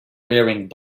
wearing